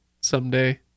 someday